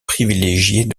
privilégiés